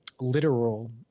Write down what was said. literal